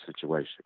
situation